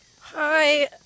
Hi